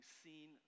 seen